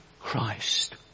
Christ